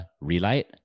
Relight